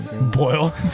Boil